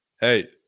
Hey